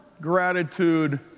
gratitude